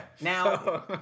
Now